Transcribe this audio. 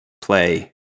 play